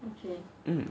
mm